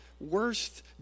worst